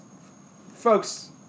folks